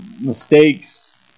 mistakes